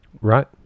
Right